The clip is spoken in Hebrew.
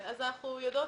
אנחנו יודעות